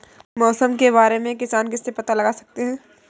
मौसम के बारे में किसान किससे पता लगा सकते हैं?